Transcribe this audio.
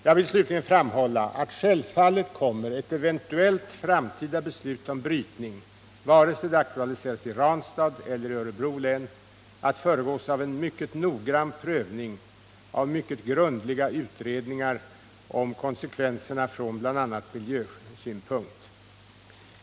Jag vill slutligen framhålla att självfallet kommer ett eventuellt framtida beslut om brytning, vare sig det aktualiseras i Ranstad eller i Örebro län, att föregås av en mycket noggrann prövning av mycket grundliga utredningar om konsekvenserna från bl.a. miljösynpunkt.